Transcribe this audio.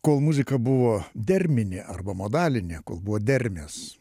kol muzika buvo derminė arba modalinė kol buvo dermės